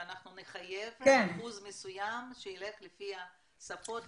שאנחנו נחייב אחוז מסוים שיילך לפי שפות,